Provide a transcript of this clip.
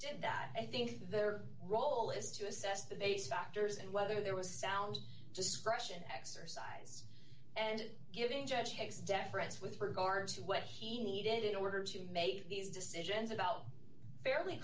did that i think their role is to assess the base factors and whether there was sound discretion exercise and giving judge case deference with regard to what he needed in order to make these decisions about fairly